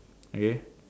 okay